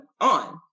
on